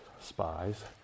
spies